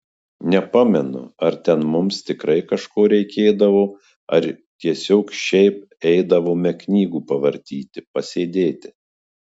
nepamenu ar ten mums tikrai kažko reikėdavo ar tiesiog šiaip eidavome knygų pavartyti pasėdėti